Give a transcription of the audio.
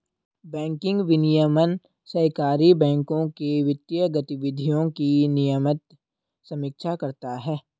banking विनियमन सहकारी बैंकों के वित्तीय गतिविधियों की नियमित समीक्षा करता है